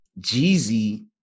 Jeezy